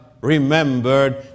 remembered